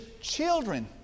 children